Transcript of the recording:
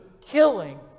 killing